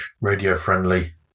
Radio-friendly